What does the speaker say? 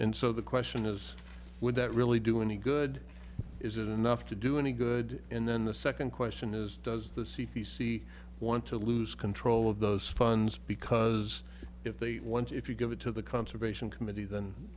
and so the question is would that really do any good is it enough to do any good and then the second question is does the c p c want to lose control of those funds because if they want if you give it to the conservation committee